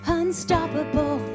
unstoppable